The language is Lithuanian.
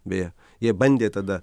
beje jie bandė tada